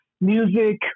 music